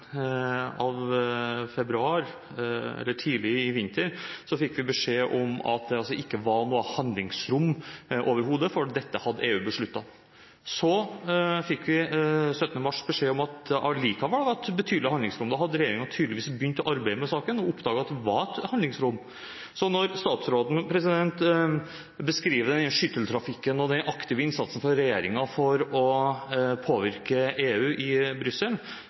februar, eller tidlig i vinter, fikk vi beskjed om at det overhodet ikke var noe handlingsrom, for dette hadde EU besluttet. Så fikk vi 17. mars beskjed om at det likevel var et betydelig handlingsrom. Da hadde regjeringen tydeligvis begynt å arbeide med saken og oppdaget at det likevel var et handlingsrom. Så når statsråden beskriver denne skytteltrafikken og denne aktive innsatsen fra regjeringens side for å påvirke EU i Brussel: